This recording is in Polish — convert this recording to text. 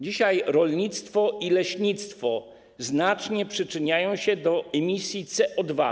Dzisiaj rolnictwo i leśnictwo znacznie przyczyniają się do emisji CO2.